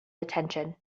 attention